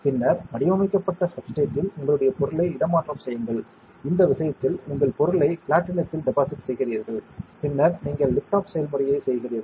பின்னர் வடிவமைக்கப்பட்ட சப்ஸ்ட்ரேட்டில் உங்களுடைய பொருளை இடமாற்றம் செய்யுங்கள் இந்த விஷயத்தில் உங்கள் பொருளை பிளாட்டினத்தில் டெபாசிட் செய்கிறீர்கள் பின்னர் நீங்கள் லிஃப்ட் ஆஃப் செயல்முறையைச் செய்கிறீர்கள்